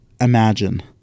imagine